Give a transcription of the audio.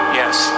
yes